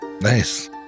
Nice